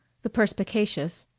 the perspicacious,